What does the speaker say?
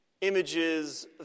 images